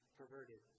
perverted